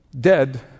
dead